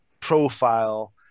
Profile